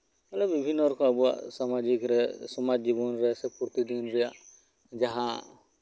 ᱵᱚᱞᱮ ᱵᱷᱤᱱᱱᱚ ᱨᱚᱠᱚᱢ ᱟᱵᱟᱣᱟᱜ ᱥᱟᱢᱟᱡᱤᱠ ᱨᱮ ᱥᱮ ᱥᱚᱢᱟᱡᱽ ᱡᱤᱵᱚᱱ ᱨᱮ ᱥᱮ ᱯᱨᱚᱛᱤᱫᱤᱱ ᱨᱮᱭᱟᱜ ᱡᱟᱦᱟᱸ